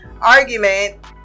argument